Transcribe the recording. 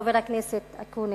חבר הכנסת אקוניס,